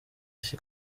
iki